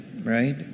right